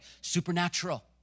supernatural